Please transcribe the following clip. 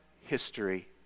history